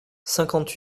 cinquante